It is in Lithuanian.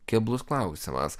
keblus klausimas